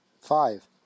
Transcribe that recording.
Five